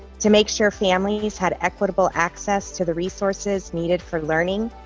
to make sure families had equitable access to the resources needed for learning,